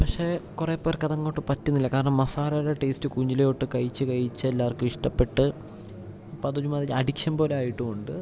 പക്ഷേ കുറെ പേർക്കതങ്ങോട്ട് പറ്റുന്നില്ല കാരണം മസാലയുടെ ടേസ്റ്റ് കുഞ്ഞിലെ തൊട്ട് കഴിച്ച് കഴിച്ചെല്ലാവർക്കും ഇഷ്ടപ്പെട്ട് ഇപ്പം ഇത് ഒരുമാതിരി അഡിക്ഷൻ പോലെ ആയിട്ടുണ്ട് ഉണ്ട്